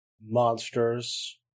Monsters